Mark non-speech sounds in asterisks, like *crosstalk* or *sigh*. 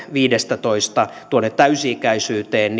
viidestätoista tuonne täysi ikäisyyteen *unintelligible*